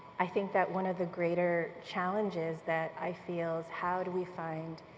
i think that one of the greater challenges that i feel is how do we find,